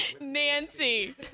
Nancy